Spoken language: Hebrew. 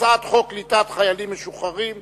הצעת חוק קליטת חיילים משוחררים (תיקון,